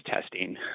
testing